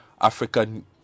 African